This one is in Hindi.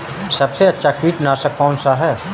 सबसे अच्छा कीटनाशक कौनसा है?